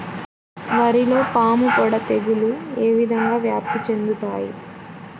వరిలో పాముపొడ తెగులు ఏ విధంగా వ్యాప్తి చెందుతాయి?